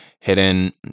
hidden